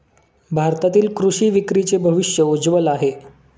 भारतातील कृषी विक्रीचे भविष्य उज्ज्वल आहे